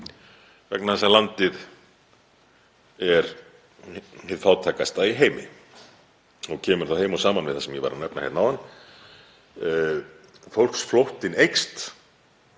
vegna þess að landið er hið fátækasta í heimi. Það kemur heim og saman við það sem ég var að nefna hérna áðan; fólksflóttinn eykst